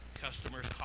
Customers